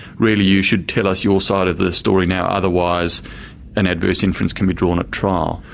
really you should tell us your side of the story now, otherwise an adverse inference can be drawn at trial.